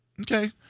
Okay